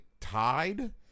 tied